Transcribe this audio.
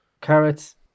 carrots